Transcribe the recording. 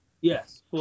yes